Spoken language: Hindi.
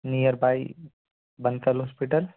nearby Bansal hospital